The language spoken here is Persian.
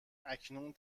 اکنون